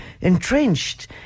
entrenched